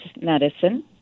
medicine